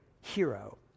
hero